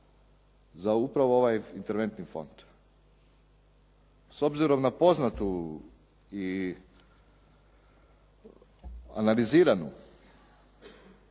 za upravo ovaj interventni fond. S obzirom na poznatu i analiziranu